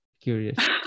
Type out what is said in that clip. curious